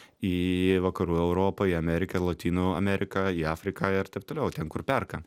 į vakarų europą į ameriką lotynų ameriką į afriką ir taip toliau ten kur perka